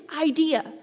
idea